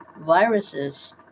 viruses